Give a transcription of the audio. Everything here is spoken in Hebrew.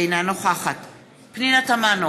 אינה נוכחת פנינה תמנו,